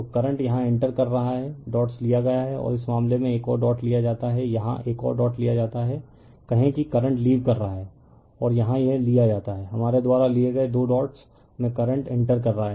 तो करंट यहां इंटर कर रहा है डॉट्स लिया गया है और इस मामले में एक और डॉट लिया जाता है यहां एक और डॉट लिया जाता है कहें कि करंट लीव कर रहा है और यहां यह लिया जाता है हमारे द्वारा लिए गए 2 डॉट्स में करंट इंटर कर रहा है